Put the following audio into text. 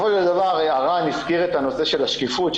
הרן הזכיר את הנושא של השקיפות,